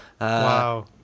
Wow